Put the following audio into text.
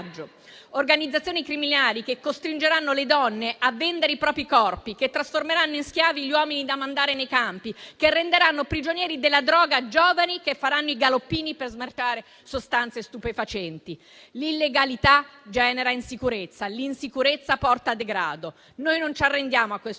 organizzazioni criminali costringeranno le donne a vendere i propri corpi, trasformeranno in schiavi gli uomini da mandare nei campi, renderanno prigionieri della droga giovani che faranno i galoppini per smerciare sostanze stupefacenti. L'illegalità genera insicurezza e l'insicurezza porta degrado. Noi non ci arrendiamo a questo